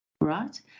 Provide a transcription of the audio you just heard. right